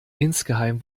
insgeheim